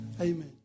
Amen